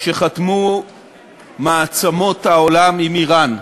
שחתמו מעצמות העולם עם איראן.